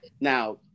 Now